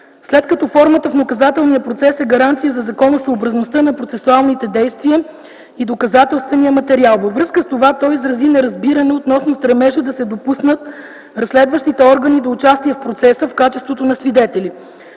след като формата в наказателния процес е гаранция за законосъобразността на процесуалните действия и доказателствения материал. Във връзка с това той изрази неразбиране относно стремежа да се допуснат разследващите органи до участие в процеса в качеството на свидетели.